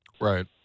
Right